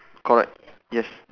correct yes